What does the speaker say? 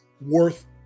worth